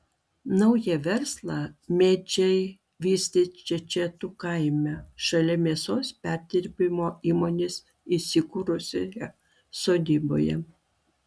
naują verslą mėdžiai vystys čečetų kaime šalia mėsos perdirbimo įmonės įsikūrusioje sodyboje